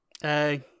Hey